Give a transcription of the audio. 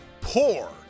poor